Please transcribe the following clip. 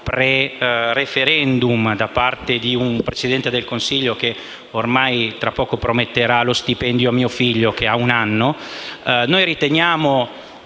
pre-*referendum* da parte di un Presidente del Consiglio che ormai tra poco prometterà lo stipendio anche a mio figlio che ha un anno,